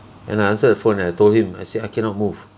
and I answer the phone and I told him I say I cannot move